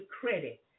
credit